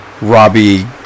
Robbie